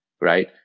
right